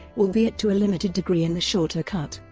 albeit to a limited degree in the shorter cut.